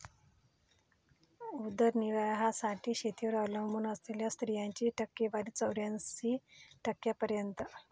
उदरनिर्वाहासाठी शेतीवर अवलंबून असलेल्या स्त्रियांची टक्केवारी चौऱ्याऐंशी टक्क्यांपर्यंत